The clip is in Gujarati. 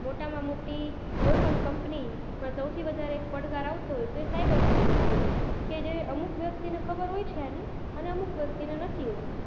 મોટામાં મોટી કોઈપણ કંપનીમાં સૌથી વધારે એક પડકાર આવતો હોય તો એ સાઈબર સિક્યોરિટીનો કે જે અમુક વ્યક્તિને ખબર હોય છે આની અને અમુક વ્યક્તિને નથી હોતી